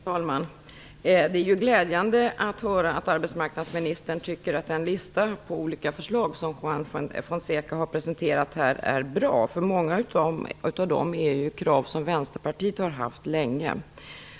Fru talman! Det är glädjande att höra att arbetsmarknadsministern tycker att den lista på olika förslag som Juan Fonseca har presenterat är bra, för många av kraven är ju sådana som Vänsterpartiet drivit länge.